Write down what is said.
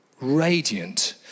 radiant